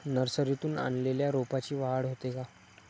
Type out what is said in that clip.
नर्सरीतून आणलेल्या रोपाची वाढ होते का?